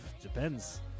depends